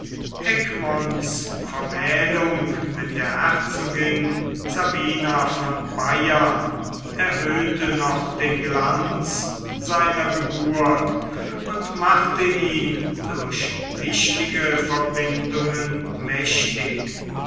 egmonts vermählung mit der herzogin sabina von bayern erhöhte noch den glanz seiner geburt und machte ihn durch wichtige verbindungen mächtig